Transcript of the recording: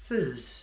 Fizz